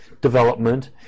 development